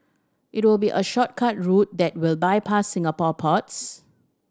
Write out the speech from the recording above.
it will be a shortcut route that will bypass Singapore ports